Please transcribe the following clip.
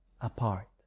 apart